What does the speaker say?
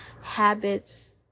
habits